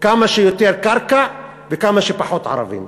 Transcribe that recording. כמה שיותר קרקע וכמה שפחות ערבים.